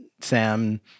Sam